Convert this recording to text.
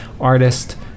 artist